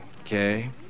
Okay